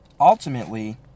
Ultimately